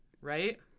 Right